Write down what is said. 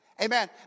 Amen